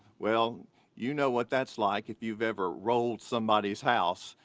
well you know what that's like if you've ever rolled somebody's house.